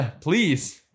please